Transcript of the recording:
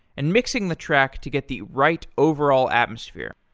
and mixing the track to get the right overall atmosphere.